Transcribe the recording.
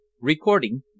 Recording